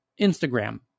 Instagram